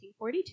1942